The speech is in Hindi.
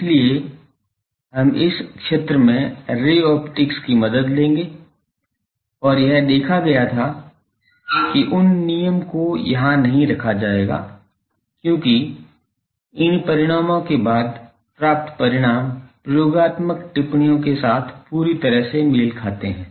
इसलिए हम इस क्षेत्र में रे ऑप्टिक्स की मदद लेंगे और यह देखा गया था कि उन नियम को यहां नहीं रखा जाएगा क्योंकि इन परिणामों के बाद प्राप्त परिणाम प्रयोगात्मक टिप्पणियों के साथ पूरी तरह से मेल खाते हैं